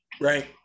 right